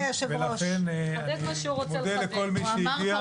לכן, אני מודה לכל מי שהגיע.